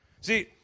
See